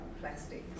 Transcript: plastics